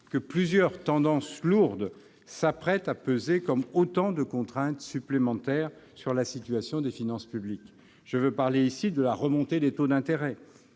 que plusieurs tendances lourdes s'apprêtent à peser comme autant de contraintes supplémentaires sur la situation des finances publiques. Je veux parler de la remontée des taux d'intérêt